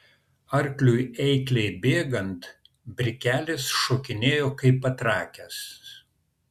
arkliui eikliai bėgant brikelis šokinėjo kaip patrakęs